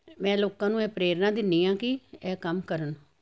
ਮੈਂ ਲੋਕਾਂ ਨੂੰ ਇਹ ਪ੍ਰੇਰਨਾ ਦਿੰਦੀ ਹਾਂ ਕਿ ਇਹ ਕੰਮ ਕਰਨ